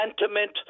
sentiment